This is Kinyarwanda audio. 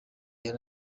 yari